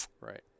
Right